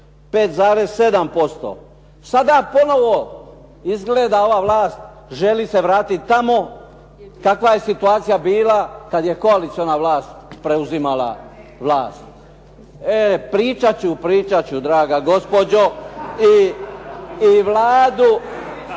+5,7%. Sada ponovo izgleda ova vlast želi se vratiti tamo kakva je situacija bila kad je koalicijska vlast preuzimala vlast. Pričati ću, pričati ću draga gospođo i Vladu,